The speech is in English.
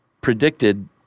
predicted